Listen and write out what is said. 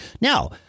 Now